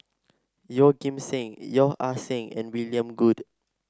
Yeoh Ghim Seng Yeo Ah Seng and William Goode